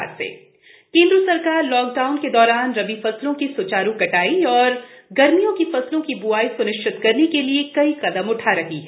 कृषि छट केन्द्र सरकार लॉकडाउन के दौरान रबी फसलों की सुचारू कटाई और गर्मियों की फसलों की ब्आई स्निश्चित करने के लिए कई कदम उठा रही है